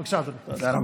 בבקשה, אדוני.